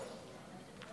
שלוש